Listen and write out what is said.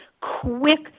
quick